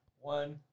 One